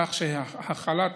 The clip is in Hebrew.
כך שהחלת